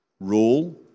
Rule